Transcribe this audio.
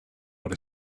what